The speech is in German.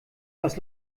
was